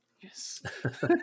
yes